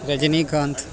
Rajinikanth